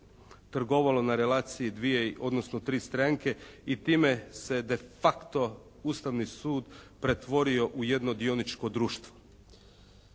trgovalo na relaciji dvije, odnosno tri stranke i time se de facto Ustavni sud pretvorio u jedno dioničko društvo.